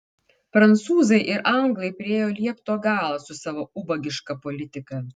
prancūzai ir anglai priėjo liepto galą su savo ubagiška politika